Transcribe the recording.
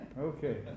Okay